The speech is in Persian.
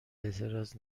اعتراض